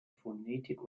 phonetik